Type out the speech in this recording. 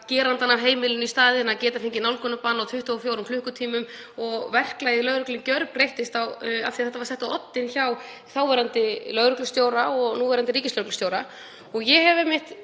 gerandann af heimilinu í staðinn og að geta fengið nálgunarbann á 24 klukkutímum. Verklag lögreglu gjörbreyttist af því að þetta var sett á oddinn hjá þáverandi lögreglustjóra og núverandi ríkislögreglustjóra. Ég hef einmitt